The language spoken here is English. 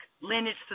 lineage